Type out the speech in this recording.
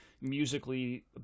musically